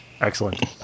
Excellent